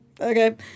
okay